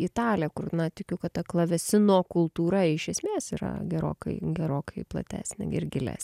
italiją kur na tikiu kad ta klavesino kultūra iš esmės yra gerokai gerokai platesnė ir gilesnė